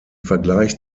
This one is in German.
vergleich